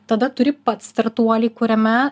tada turi pats startuolį kuriame